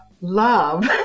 love